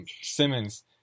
Simmons